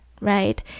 right